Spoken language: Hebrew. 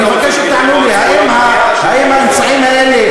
אני רוצה שתענו לי אם האמצעים האלה